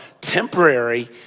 temporary